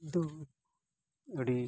ᱫᱚ ᱟᱹᱰᱤ